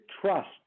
trust